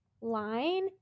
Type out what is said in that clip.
line